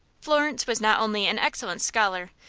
florence was not only an excellent scholar,